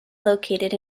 located